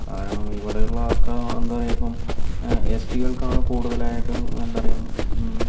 കാരണം ഇവിടെയുള്ള ആൾക്കാർ എന്താണ് പറയുക ഇപ്പം എസ് ടികൾക്കാണ് കുടുതലായിട്ടും എന്താണ് പറയുക